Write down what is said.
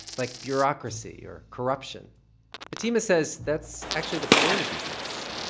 like bureaucracy or corruption fatima says that's actually the point of these nights.